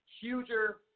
huger